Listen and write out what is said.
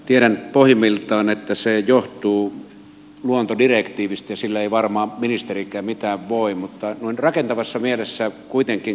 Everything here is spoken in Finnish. tiedän pohjimmiltaan että se johtuu luontodirektiivistä ja sille ei varmaan ministerikään mitään voi mutta noin rakentavassa mielessä kuitenkin kysyn